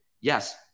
yes